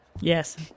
Yes